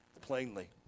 plainly